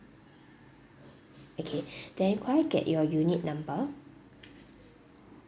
okay then could I get your unit number